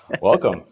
welcome